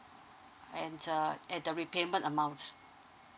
and uh and the repayment amount